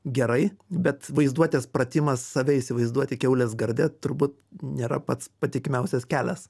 gerai bet vaizduotės pratimas save įsivaizduoti kiaulės garde turbūt nėra pats patikimiausias kelias